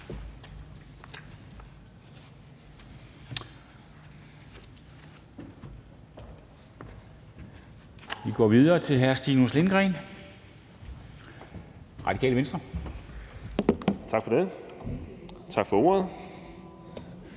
Vi går videre til hr. Stinus Lindgreen, Radikale Venstre. Kl. 10:36 (Ordfører)